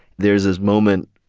there's this moment.